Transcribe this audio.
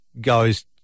goes